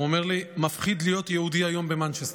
הוא אומר לי: מפחיד להיות יהודי היום במנצ'סטר,